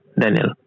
Daniel